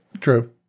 True